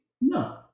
No